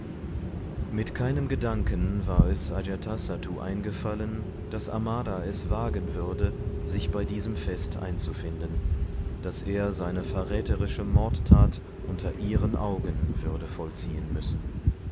mit keinem gedanken war es ajatasattu eingefallen daß amara es wagen würde sich bei diesem fest einzufinden daß er seine verräterische mordtat unter ihren augen würde vollziehen müssen